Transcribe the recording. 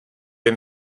jen